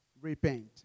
Repent